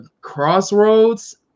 crossroads